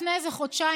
לפני איזה חודשיים,